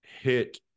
hit